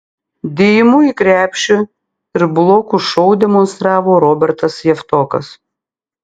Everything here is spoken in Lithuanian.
dėjimų į krepšį ir blokų šou demonstravo robertas javtokas